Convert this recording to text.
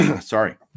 sorry